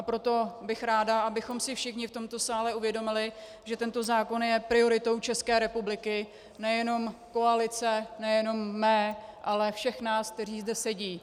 Proto bych ráda, abychom si všichni v tomto sále uvědomili, že tento zákon je prioritou České republiky, nejenom koalice, nejenom mé, ale nás všech, kteří zde sedí.